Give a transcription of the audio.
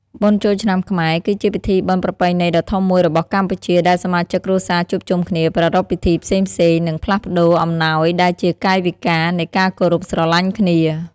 បុណ្យចូលឆ្នាំខ្មែរ គឺជាពិធីបុណ្យប្រពៃណីដ៏ធំមួយរបស់កម្ពុជា ដែលសមាជិកគ្រួសារជួបជុំគ្នា ប្រារព្ធពិធីផ្សេងៗ និងផ្លាស់ប្តូរអំណោយដែលជាកាយវិការនៃការគោរពស្រឡាញ់គ្នា។